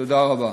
תודה רבה.